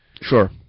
Sure